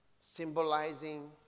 symbolizing